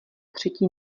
třetí